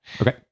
Okay